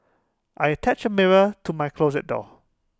I attached A mirror to my closet door